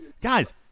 guys